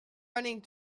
running